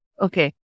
okay